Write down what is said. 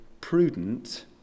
prudent